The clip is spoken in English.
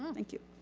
um thank you.